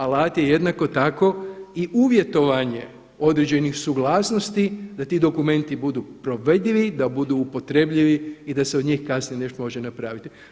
Alat je jednako tako i uvjetovanje određenih suglasnosti da ti dokumenti budu provedivi, da budu upotrjebljivi i da se od njih kasnije nešto može napraviti.